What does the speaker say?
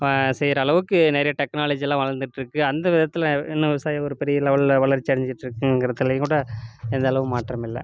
செய்கிற அளவுக்கு நிறைய டெக்னாலஜியெலாம் வளர்ந்துட்ருக்கு அந்த விதத்தில் இன்னும் விவசாயம் ஒரு பெரிய லெவல்ல வளர்ச்சி அடைஞ்சிகிட்ருக்குங்குறதுலயும் கூட எந்த அளவு மாற்றம் இல்லை